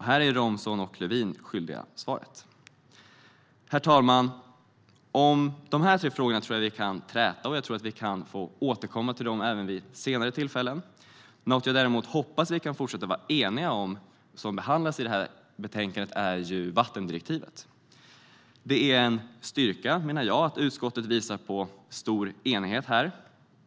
Här är Romson och Lövin skyldiga svaret. Herr talman! Om dessa tre frågor tror jag att vi kan träta, och vi kan få återkomma till dem även vid senare tillfällen. Något som jag däremot hoppas att vi kan fortsätta att vara eniga om som behandlas i betänkandet är vattendirektivet. Jag menar att det är en styrka att utskottet visar på stor enighet här.